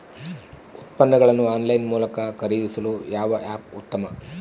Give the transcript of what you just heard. ಉತ್ಪನ್ನಗಳನ್ನು ಆನ್ಲೈನ್ ಮೂಲಕ ಖರೇದಿಸಲು ಯಾವ ಆ್ಯಪ್ ಉತ್ತಮ?